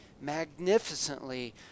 magnificently